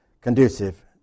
conducive